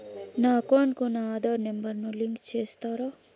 నా అకౌంట్ కు నా ఆధార్ నెంబర్ ను లింకు చేసారా